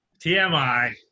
TMI